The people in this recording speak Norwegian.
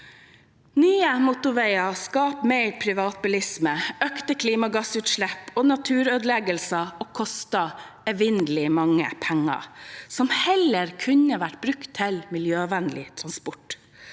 Nye motorveier skaper mer privatbilisme, økte klimagassutslipp og naturødeleggelser og koster evinnelig mange penger som heller kunne vært brukt til miljøvennlig transport.